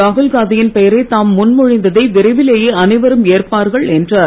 ராகுல்காந்தியின் பெயரை தாம் முன்மொழிந்ததை விரைவிலேயே அனைவரும் ஏற்பார்கள் என்றார்